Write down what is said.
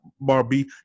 Barbie